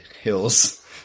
hills